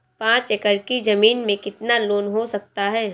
पाँच एकड़ की ज़मीन में कितना लोन हो सकता है?